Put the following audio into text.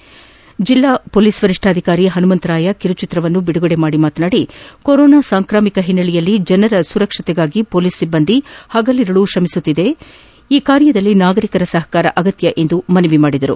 ಿ ಜಿಲ್ಲಾ ಪೋಲಿಸ್ ವರಿಷ್ಠಾಧಿಕಾರಿ ಪನುಮಂತರಾಯ ಕಿರುಚಿತ್ರವನ್ನು ಬಿಡುಗಡೆ ಮಾಡಿ ಮಾತನಾಡಿ ಕೊರೊನಾ ಸಾಂಕ್ರಾಮಿಕ ಹಿನ್ನೆಲೆಯಲ್ಲಿ ಜನರ ಸುರಕ್ಷತೆಗಾಗಿ ಪೊಲೀಸ್ ಸಿಬ್ಬಂದಿ ಪಗಲಿರುಳು ಶ್ರಮಿಸುತ್ತಿದೆ ಈ ಕಾರ್ಯದಲ್ಲಿ ನಾಗರಿಕರ ಸಪಕಾರ ಅಗತ್ಯ ಎಂದು ಮನವಿ ಮಾಡಿದರು